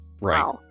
Right